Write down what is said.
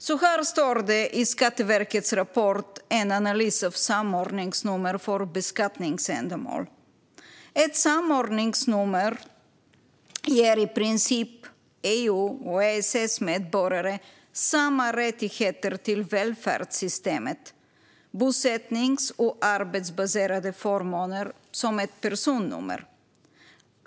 Så här står det i Skatteverkets rapport En analys av samordningsnummer för beskattningsändamål : "Ett samordningsnummer ger i princip EU/EES-medborgare samma rättigheter till välfärdssystemet som ett personnummer.